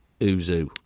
Uzu